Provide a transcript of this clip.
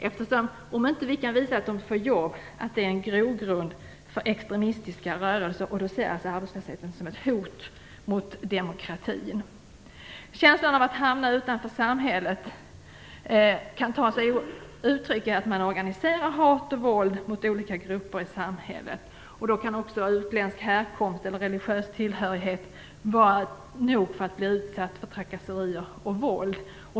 Om vi inte kan visa att de får jobb är det en grogrund för extremistiska rörelser, och då ser jag arbetslösheten som ett hot mot demokratin. Känslan av att hamna utanför samhället kan ta sig uttryck i att man organiserar hat och våld mot olika grupper i samhället. Då kan också utländsk härkomst eller religiös tillhörighet vara nog för att bli utsatt för trakasserier och våld.